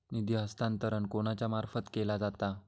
निधी हस्तांतरण कोणाच्या मार्फत केला जाता?